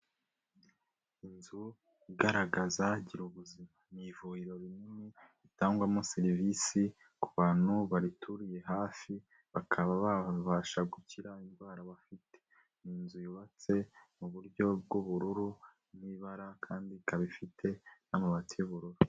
Inzu igaragaza gira ubuzima ni ivuriro rinini ritangwamo serivisi ku bantu barituriye hafi, bakaba babasha gukira indwara bafite. Ni inzu yubatse mu buryo bw'ubururu n'ibara kandi ikaba ifite n'amabati y'ubururu.